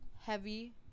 heavy